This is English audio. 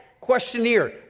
questionnaire